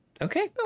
Okay